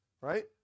Right